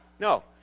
No